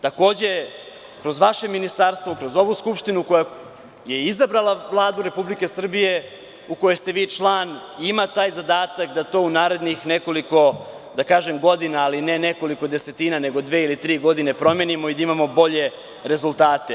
Takođe, kroz vaše ministarstvo, kroz ovu skupštinu koja je izabrala Vladu Republike Srbije, u kojoj ste vi član, ima taj zadata da to u narednih nekoliko godina, ali ne nekoliko desetina, nego dve ili tri godine promeni, i da imamo bolje rezultate.